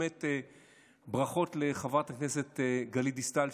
באמת ברכות לחברת הכנסת גלית דיסטל,